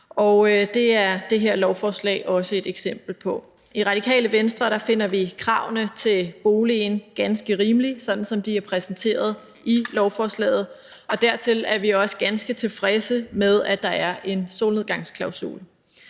det er det her lovforslag også et eksempel på. I Radikale Venstre finder vi kravene til boligen ganske rimelige, sådan som de er præsenteret i lovforslaget, og dertil er vi også ganske tilfredse med, at der er en solnedgangsklausul.